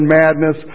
madness